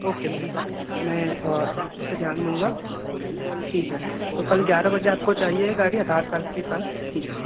okay ma'am मैं इस पर ध्यान दूँगा ठीक है तो कल ग्यारह बजे आपको चाहिए गाड़ी अटार ताल के पास ठीक है